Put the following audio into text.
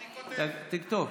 תכתוב.